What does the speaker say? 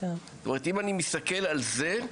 אם אני מסתכל על זה,